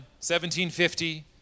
1750